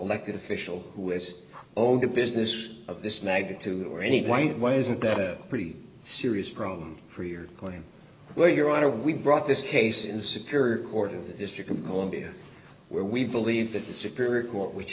elected official who is owed a business of this magnitude or anyway why isn't that a pretty serious problem for your claim where your honor we brought this case in superior court in the district of columbia where we believe that the superior court which